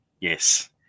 yes